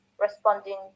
responding